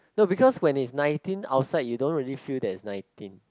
no because when it's nineteen outside you don't really feel that its nineteen